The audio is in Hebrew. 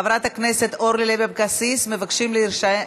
כנסת, 55 מתנגדים, אין נמנעים.